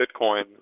Bitcoin